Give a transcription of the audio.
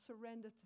Surrender